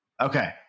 Okay